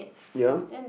ya